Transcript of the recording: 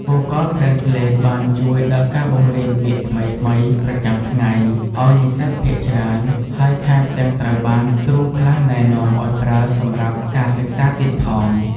Google Translate បានជួយដល់ការបង្រៀនពាក្យថ្មីៗប្រចាំថ្ងៃឲ្យនិស្សិតភាគច្រើន ហើយថែមទាំងត្រូវបានគ្រូខ្លះណែនាំឱ្យប្រើសម្រាប់ការសិក្សាទៀតផង។